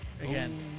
Again